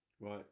Right